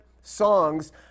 songs